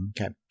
Okay